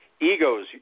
egos